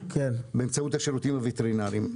באמצעות השירותים הווטרינרים.